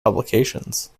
publications